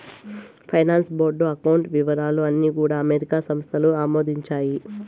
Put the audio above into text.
finance board account వివరాలు అన్నీ కూడా అమెరికా సంస్థలు ఆమోదించాయి